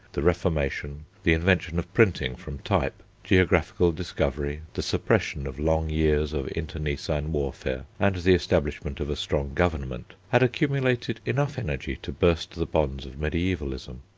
the reformation, the invention of printing from type, geographical discovery, the suppression of long years of internecine warfare, and the establishment of a strong government, had accumulated enough energy to burst the bonds of mediaevalism.